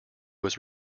was